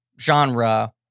genre